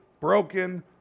broken